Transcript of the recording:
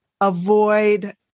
avoid